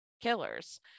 killers